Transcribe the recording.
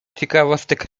ciekawostek